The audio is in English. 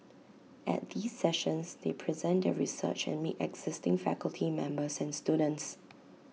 at these sessions they present their research and meet existing faculty members and students